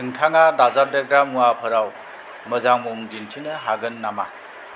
नोंथाङा दाजाबदेरग्रा मुवाफोराव मोजां मुं दिन्थिनो हागोन नामा